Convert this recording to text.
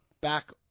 back